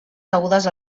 degudes